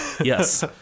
yes